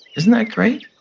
isn't that great?